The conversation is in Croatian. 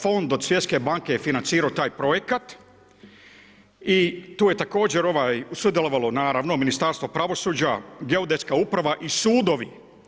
Fond od Svjetske banke je financirao taj projekt i tu je također ovaj, sudjelovalo naravno, Ministarstvo pravosuđa, Geodetska uprava i sudovi.